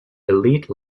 elite